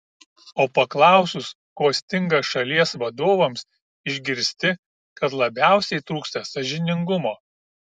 o paklausus ko stinga šalies vadovams išgirsti kad labiausiai trūksta sąžiningumo